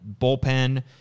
bullpen